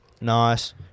Nice